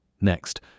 Next